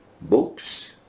books